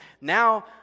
Now